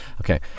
Okay